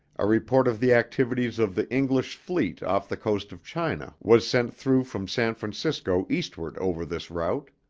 a report of the activities of the english fleet off the coast of china was sent through from san francisco eastward over this route.